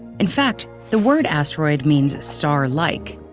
in fact, the word asteroid means star-like.